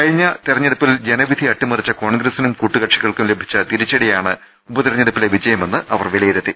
കഴിഞ്ഞ തെരഞ്ഞെടുപ്പിൽ ജനവിധി അട്ടി മറിച്ച കോൺഗ്രസിനും കൂട്ടുകക്ഷികൾക്കും ലഭിച്ച തിരിച്ചടിയാണ് ഉപതെരഞ്ഞെടുപ്പ് വിജയമെന്ന് അവർ വിലയിരുത്തി